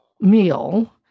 meal